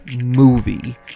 movie